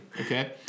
okay